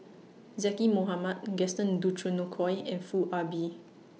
Zaqy Mohamad Gaston Dutronquoy and Foo Ah Bee